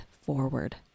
forward